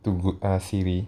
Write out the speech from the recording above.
too good ah siri